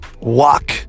Walk